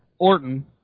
Orton